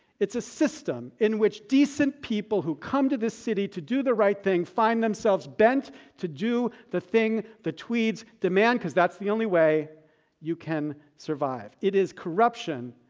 it is a system in which decent people who come to this city to do the right thing find themselves bent to do the thing the tweeds demand because that's the only way you can survive. it is corruption.